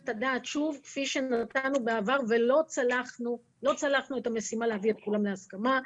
כפי שנתנו בעבר ולא צלחנו את המשימה להביא את כולם להסכמה.